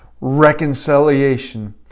reconciliation